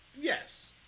yes